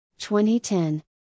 2010